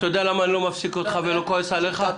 יודע למה אני לא מפסיק אותך ולא כועס עליך?